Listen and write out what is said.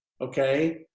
okay